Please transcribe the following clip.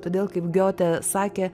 todėl kaip giotė sakė